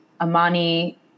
Amani